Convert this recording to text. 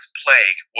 plague